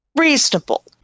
Reasonable